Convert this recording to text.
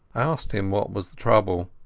i asked him what was the trouble,